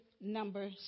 number